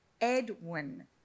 Edwin